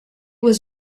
was